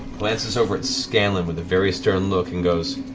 glances over at scanlan with a very stern look and goes,